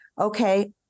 okay